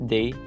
Day